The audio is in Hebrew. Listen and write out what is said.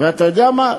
ואתה יודע מה?